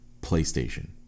PlayStation